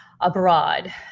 abroad